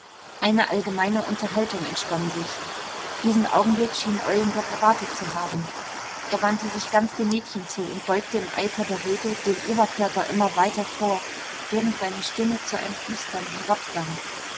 eine allgemeine unterhaltung entspann sich diesen augenblick schien eulenburg erwartet zu haben er wandte sich ganz dem mädchen zu und beugte im eifer der rede den oberkörper immer weiter vor während seine stimme zu einem flüstern